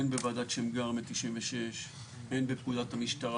הן בוועדת שמגר מ-1996 והן בפקודת המשטרה,